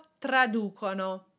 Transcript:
traducono